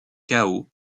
chaos